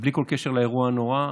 בלי כל קשר לאירוע הנורא,